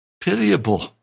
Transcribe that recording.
pitiable